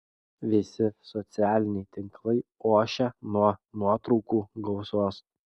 visi socialiniai tinklai ošia nuo nuotraukų gausos